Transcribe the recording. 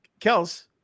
Kels